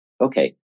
okay